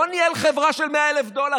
לא ניהל חברה של 100,000 דולר.